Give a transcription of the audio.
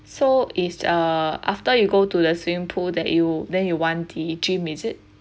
so is uh after you go to the swimming pool that you then you want the gym is it